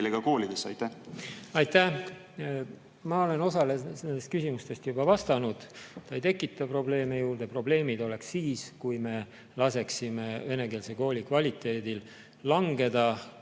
Aitäh! Ma olen osale nendest küsimustest juba vastanud. Ta ei tekita probleeme juurde. Probleemid oleks siis, kui me laseksime venekeelse kooli kvaliteedil langeda, kuna